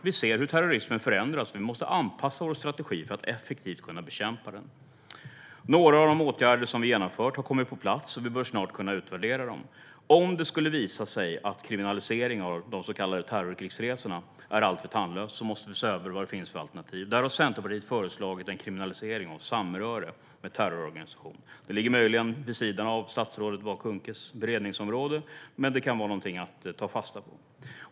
Vi ser hur terrorismen förändras, och vi måste anpassa vår strategi för att effektivt kunna bekämpa den. Några av de åtgärder som vi har genomfört har kommit på plats, och vi bör snart kunna utvärdera dem. Om det skulle visa sig att kriminalisering av de så kallade terrorkrigsresorna är alltför tandlöst måste vi se över vad det finns för alternativ. Där har Centerpartiet föreslagit en kriminalisering av samröre med terrororganisationer. Det ligger möjligen vid sidan av statsrådet Bah Kuhnkes beredningsområde, men det kan vara någonting att ta fasta på.